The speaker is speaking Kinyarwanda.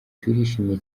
turishimye